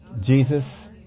Jesus